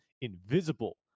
invisible